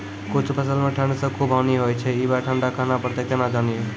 कुछ फसल मे ठंड से खूब हानि होय छैय ई बार ठंडा कहना परतै केना जानये?